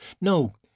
No